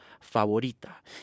favorita